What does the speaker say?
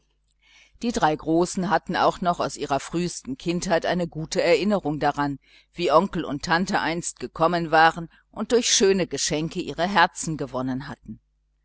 die drei großen hatten auch noch aus ihrer frühesten kindheit eine schöne erinnerung daran wie onkel und tante gekommen waren und durch schöne geschenke ihre herzen gewonnen hatten